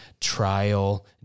trial